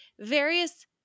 Various